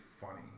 funny